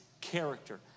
character